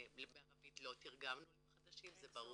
בערבית לא תרגמנו לעולים חדשים זה ברור,